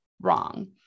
wrong